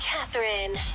Catherine